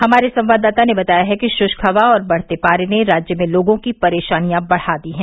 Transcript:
हमारे संवाददाता ने बताया है कि श्क हवा और बढ़ते पारे ने राज्य में लोगों की परेशानियां बढ़ा दी है